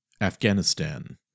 Afghanistan